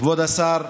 כבוד השר,